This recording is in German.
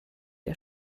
der